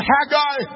Haggai